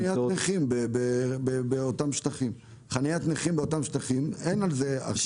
כמו חנית נכים באותם שטחים שאין על זה.